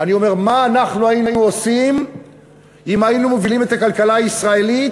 אני אומר: מה אנחנו היינו עושים אם היינו מובילים את הכלכלה הישראלית?